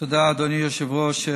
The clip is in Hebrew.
תודה, אדוני היושב-ראש.